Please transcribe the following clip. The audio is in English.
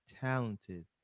talented